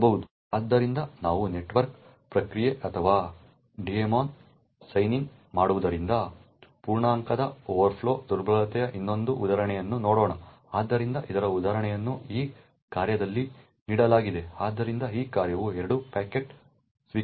ಆದ್ದರಿಂದ ನಾವು ನೆಟ್ವರ್ಕ್ ಪ್ರಕ್ರಿಯೆ ಅಥವಾ ಡೀಮನ್ನಲ್ಲಿ ಸೈನ್ ಇನ್ ಮಾಡುವುದರಿಂದ ಪೂರ್ಣಾಂಕದ ಓವರ್ಫ್ಲೋ ದುರ್ಬಲತೆಯ ಇನ್ನೊಂದು ಉದಾಹರಣೆಯನ್ನು ನೋಡೋಣ ಆದ್ದರಿಂದ ಇದರ ಉದಾಹರಣೆಯನ್ನು ಈ ಕಾರ್ಯದಲ್ಲಿ ನೀಡಲಾಗಿದೆ ಆದ್ದರಿಂದ ಈ ಕಾರ್ಯವು 2 ಪ್ಯಾಕೆಟ್ಗಳನ್ನು ಸ್ವೀಕರಿಸುತ್ತದೆ 1 ಬಫರ್1 ಮತ್ತು ಬಫರ್2